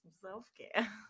self-care